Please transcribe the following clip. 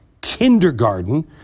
kindergarten